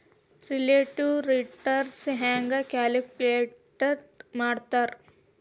relative return ಹೆಂಗ calculate ಮಾಡ್ತಾರಾ